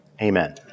Amen